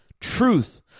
truth